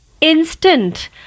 instant